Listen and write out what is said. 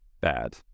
bad